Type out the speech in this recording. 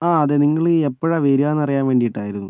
ആ അതെ നിങ്ങൾ ഈ എപ്പഴാണ് വരിക എന്ന് അറിയാൻ വേണ്ടിയിട്ടായിരുന്നു